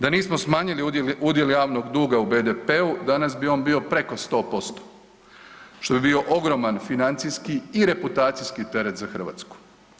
Da nismo smanjili udjel javnog duga u BDP-u, danas bi on bio preko 100%, što bi bio ogroman financijski i reputacijski teret za Hrvatsku.